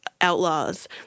outlaws